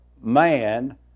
man